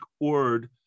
word